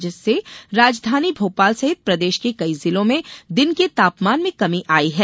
जिससे राजधानी भोपाल सहित प्रदेश के कई जिलों में दिन के तापमान में कमी आई है